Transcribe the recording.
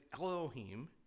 Elohim